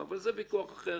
אבל זה ויכוח אחר,